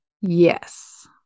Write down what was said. yes